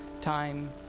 time